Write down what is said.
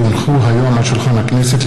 כי הונחו היום על שולחן הכנסת,